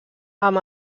amb